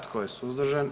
Tko je suzdržan?